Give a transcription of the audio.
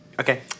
Okay